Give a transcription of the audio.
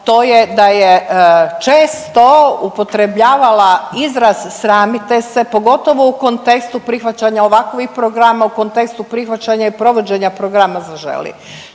to je da je često upotrebljavala izraz sramite se, pogotovo u kontekstu prihvaćanja ovakovih programa, u kontekstu prihvaćanja i provođenja programa „Zaželi“.